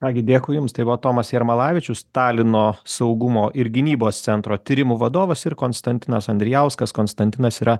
ką gi dėkui jums tai buvo tomas jarmalavičius talino saugumo ir gynybos centro tyrimų vadovas ir konstantinas andrijauskas konstantinas yra